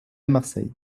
marseille